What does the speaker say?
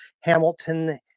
Hamilton